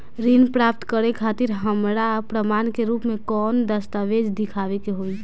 ऋण प्राप्त करे खातिर हमरा प्रमाण के रूप में कौन दस्तावेज़ दिखावे के होई?